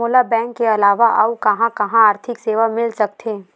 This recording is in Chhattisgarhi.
मोला बैंक के अलावा आऊ कहां कहा आर्थिक सेवा मिल सकथे?